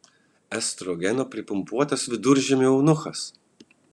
estrogeno pripumpuotas viduramžių eunuchas